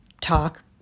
talk